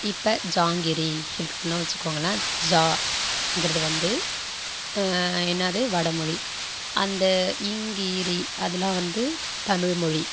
இப்போ ஜாங்கிரி இருக்குதுன்னு வச்சிக்கோங்களேன் ஜா ங்கிறது வந்து என்னது வடமொழி அந்த ங்கிரி அதல்லாம் வந்து தமிழ்மொழி